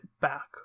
back